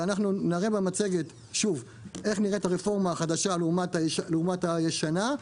ואנחנו נראה במצגת שוב איך נראית הרפורמה החדשה לעומת הישנה,